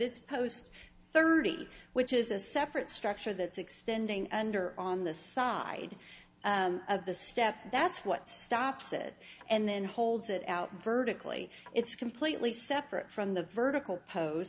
it's post thirty which is a separate structure that extending under on the side of the step that's what stops it and then holds it out vertically it's completely separate from the vertical